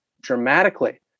dramatically